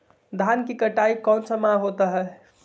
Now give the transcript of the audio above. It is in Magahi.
धान की कटाई कौन सा माह होता है?